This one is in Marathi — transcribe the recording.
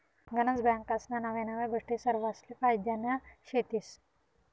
गनज बँकास्ना नव्या नव्या गोष्टी सरवासले फायद्यान्या शेतीस